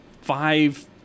five